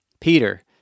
Peter